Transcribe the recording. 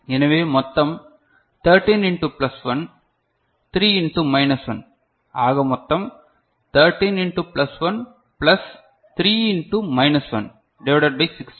எனவே மொத்தம் 13 into plus 1 3 into minus 1 ஆக மொத்தம் 13 into plus 1 plus 3 into minus 1 divided by 16